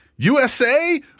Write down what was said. USA